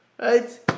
Right